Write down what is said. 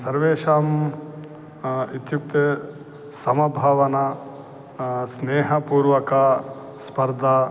सर्वेषाम् इत्युक्ते समभावना स्नेहपूर्वक स्पर्धा